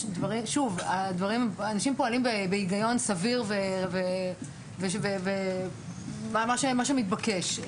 אנשים פועלים בהגיון סביר ולפי מה שמתבקש.